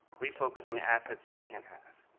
we focus on the assets they can have.